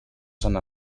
sant